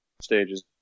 stages